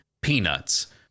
peanuts